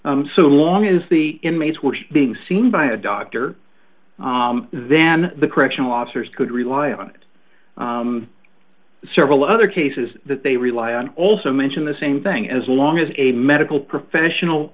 that so long as the inmates were being seen by a doctor then the correctional officers could rely on it several other cases that they rely on also mention the same thing as long as a medical professional